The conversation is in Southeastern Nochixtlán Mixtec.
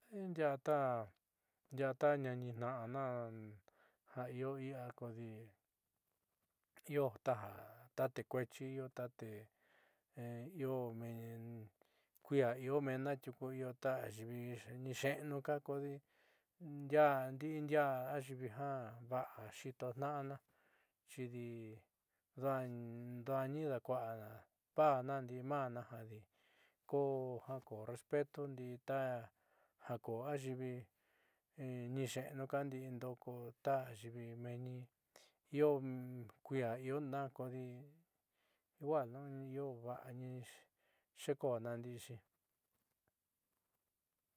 Ndiaá ta niitna'ana ja ioi'ia kodi io ta te kue'exi io tate io men kui'ia io meenna tiuku io ta ayiivi niixe'enuuka kodi ndiaá ndiaá ayiivi va'a xiitotna'ana chidi dua'ani nidaakua'a paana ndi'i ma'ana jadi kooja koó respeto ndii ta ku ayiivi niixe'enu ka ndi'indo ko ta ayiivi meenni io ki'ia iona kodi igual nu io va'ani xiiko'ana ndi'ixi.